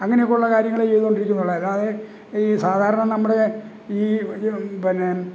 അങ്ങനെയൊക്കെയുള്ള കാര്യങ്ങള് ചെയ്തോണ്ടിരിക്കുന്നുള്ളൂ അല്ലാതെ ഈ സാധാരണ നമ്മള് ഈ പിന്നെ